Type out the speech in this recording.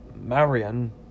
Marion